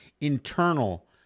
internal